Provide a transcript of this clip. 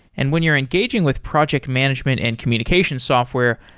and when you're engaging with project management and communication software,